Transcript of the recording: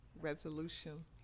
resolution